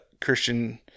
Christian